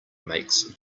makes